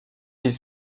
est